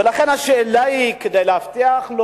ולכן השאלה היא, כדי להבטיח את